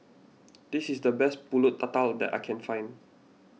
this is the best Pulut Tatal that I can find